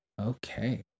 Okay